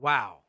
Wow